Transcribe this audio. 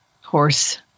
horse